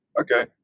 okay